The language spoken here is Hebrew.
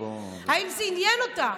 אם זה עניין אותה.